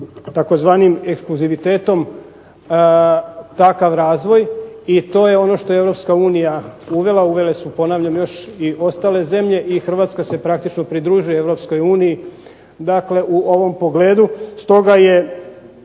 tzv. eksplozivitetom takav razvoj i to je ono što je Europska unija uvela. Uvele su ponavljam još i ostale zemlje i Hrvatska se praktično pridružuje Europskoj uniji, dakle u ovom pogledu.